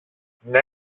ναι